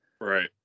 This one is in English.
Right